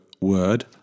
word